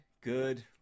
Good